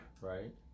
Right